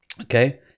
Okay